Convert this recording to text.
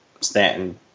Stanton